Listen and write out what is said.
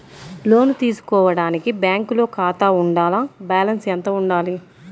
లోను తీసుకోవడానికి బ్యాంకులో ఖాతా ఉండాల? బాలన్స్ ఎంత వుండాలి?